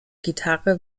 gitarre